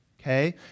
Okay